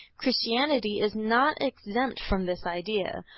christianity is not exempt from this idea.